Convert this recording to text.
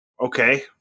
Okay